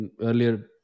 earlier